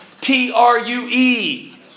T-R-U-E